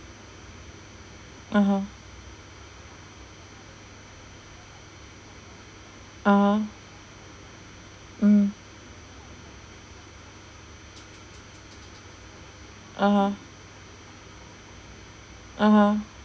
(uh huh) (uh huh) mm (uh huh) (uh huh)